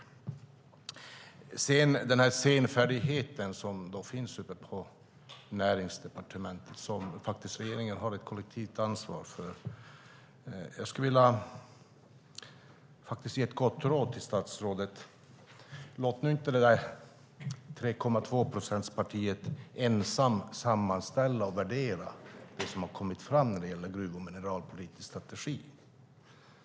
När det gäller den senfärdighet som finns uppe på Näringsdepartementet, som regeringen har ett kollektivt ansvar för, skulle jag vilja ge ett gott råd till statsrådet: Låt inte det där 3,2-procentspartiet ensamt sammanställa och värdera det som har kommit fram när det gäller en gruv och mineralpolitisk strategi!